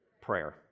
Prayer